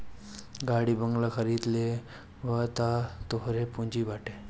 गाड़ी बंगला खरीद लेबअ तअ उहो तोहरे पूंजी बाटे